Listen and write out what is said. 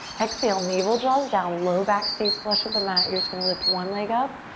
exhale, navel draws down. low back stays flush with the mat. you're just gonna lift one leg up.